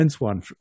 one